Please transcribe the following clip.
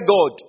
God